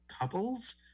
Couples